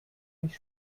mich